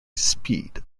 speed